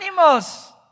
animals